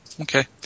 Okay